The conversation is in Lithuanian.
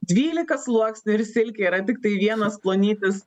dvylika sluoksnių ir silkė yra tiktai vienas plonytis